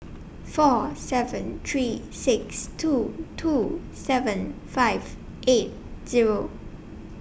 four seven three six two two seven five eight Zero